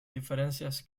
diferencias